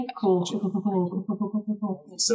Cool